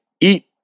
eat